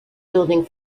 building